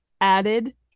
added